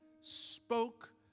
spoke